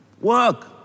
Work